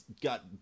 got